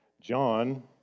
John